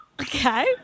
Okay